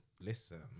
Listen